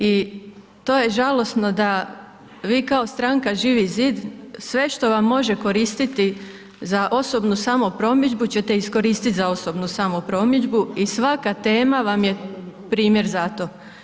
I to je žalosno da vi kao stranka Živi zid, sve što vam može koristit, za osobnu samo promidžbu, ćete iskoristiti za osobnu samo promidžbu i svaka tema vam je primjer za to.